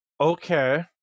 Okay